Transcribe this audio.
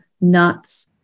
nuts